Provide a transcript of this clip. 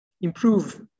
improve